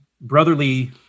brotherly